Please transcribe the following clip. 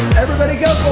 everybody go